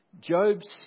Job's